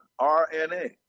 RNA